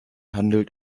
handelt